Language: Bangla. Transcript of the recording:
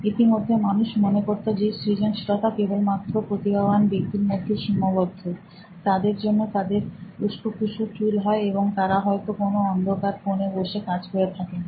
ইতিপূর্বে মানুষ মনে করত যে সৃজনশীলতা কেবলমাত্র প্রতিভাবান ব্যক্তি মধ্যেই সীমাবদ্ধ তাদের জন্য তাদের উস্কোখুস্কো চুল হয় এবং তারা হয়তো কোনো অন্ধকার কোণে বসে কাজ করে থাকেন